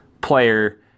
player